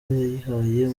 yayihaye